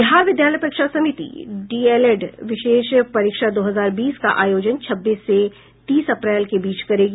बिहार विद्यालय परीक्षा समिति डीएलएड विशेष परीक्षा दो हजार बीस का आयोजन छब्बीस से तीस अप्रैल के बीच करेगी